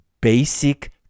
basic